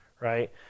right